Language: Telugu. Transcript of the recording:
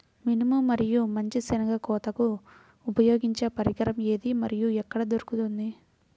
మినుము మరియు మంచి శెనగ కోతకు ఉపయోగించే పరికరం ఏది మరియు ఎక్కడ దొరుకుతుంది?